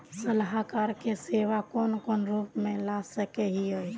सलाहकार के सेवा कौन कौन रूप में ला सके हिये?